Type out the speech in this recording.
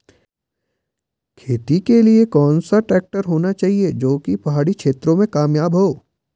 खेती के लिए कौन सा ट्रैक्टर होना चाहिए जो की पहाड़ी क्षेत्रों में कामयाब हो?